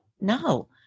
No